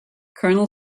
colonel